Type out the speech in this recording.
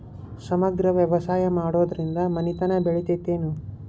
ಸಮಗ್ರ ವ್ಯವಸಾಯ ಮಾಡುದ್ರಿಂದ ಮನಿತನ ಬೇಳಿತೈತೇನು?